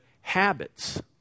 habits